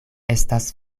estas